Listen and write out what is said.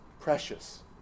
precious